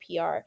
PR